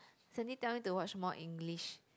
Sandy tell me to watch more English